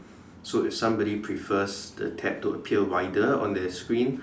so if somebody prefers the tab to appear wider on their screen